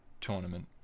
tournament